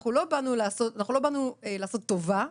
אנחנו לא באנו לעשות טובה,